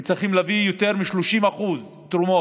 והם צריכים להביא יותר מ-30% תרומות,